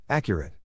Accurate